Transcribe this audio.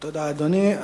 תודה, אדוני.